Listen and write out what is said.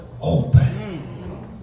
open